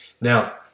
Now